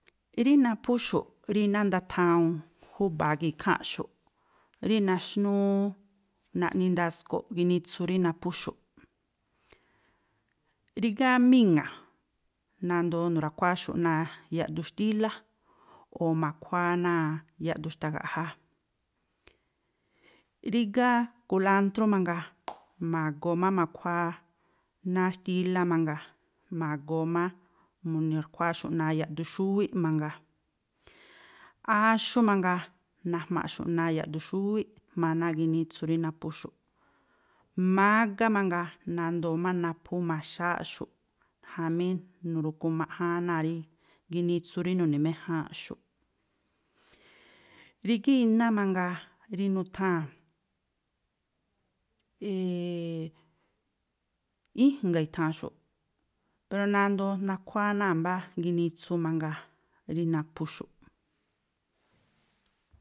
Rí naphúxu̱ꞌ rí iná ndathawuun júba̱a gii̱ ikháa̱nꞌxu̱ꞌ, rí naxnúú naꞌni ndasko̱ꞌ ginitsu rí naphúxu̱ꞌ. Rígá míŋa̱, nandoo nu̱ra̱kuááxu̱ꞌ náa̱ yaꞌduun xtílá, o̱ ma̱khuáá náa̱ yaꞌduun xtagaꞌjáá. Rígá kulántrú mangaa, ma̱goo má ma̱khuáá náa̱ xtílá mangaa, ma̱goo má mu̱ni̱rkhuááxu̱ꞌ náa̱ yaꞌduxúwíꞌ mangaa. Áxú mangaa, najma̱ꞌxu̱ꞌ náa̱ yaꞌduxúwíꞌ jma̱a náa̱ ginitsu rí naphú xu̱ꞌ. Mágá mangaa, nandoo má naphú maxááꞌxu̱ꞌ jamí nu̱ru̱kumaꞌjáán náa̱ rí ginitsu rí nu̱ni̱méjáánꞌxu̱ꞌ. Rígá iná mangaa rí nutháa̱n íjnga̱ i̱tha̱an xúꞌ, pero nandoo nakhuáá náa̱ mbá ginitsu mangaa rí naphúxu̱ꞌ.